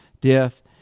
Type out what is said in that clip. death